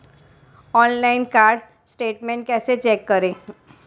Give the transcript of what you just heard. Online card statement कैसे check करें?